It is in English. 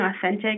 authentic